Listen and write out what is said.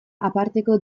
aparteko